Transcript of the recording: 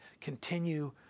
continue